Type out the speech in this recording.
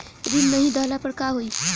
ऋण नही दहला पर का होइ?